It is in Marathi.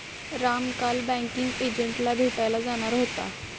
राम काल बँकिंग एजंटला भेटायला जाणार होता